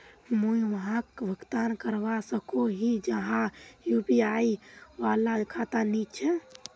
मुई वहाक भुगतान करवा सकोहो ही जहार यु.पी.आई वाला खाता नी छे?